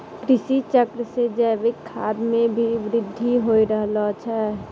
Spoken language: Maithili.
कृषि चक्र से जैविक खाद मे भी बृद्धि हो रहलो छै